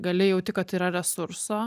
gali jauti kad yra resurso